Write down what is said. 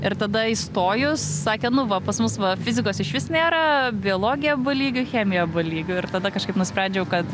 ir tada įstojus sakė nu va pas mus va fizikos išvis nėra biologija b lygiu chemiją b lygiu ir tada kažkaip nusprendžiau kad